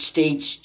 States